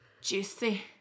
juicy